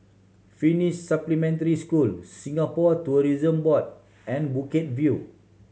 Finnish Supplementary School Singapore Tourism Board and Bukit View